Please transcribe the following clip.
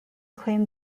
claim